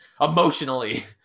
emotionally